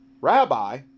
rabbi